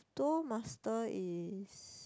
Duel-master is